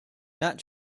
not